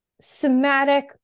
somatic